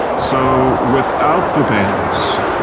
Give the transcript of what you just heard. so without the banks,